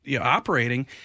Operating